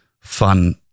fun